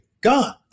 gone